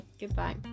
Goodbye